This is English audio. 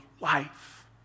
life